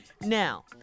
Now